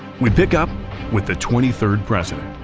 we pick up with the twenty third president.